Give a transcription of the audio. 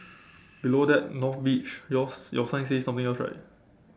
below that north beach yours your sign says something else right